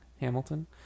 Hamilton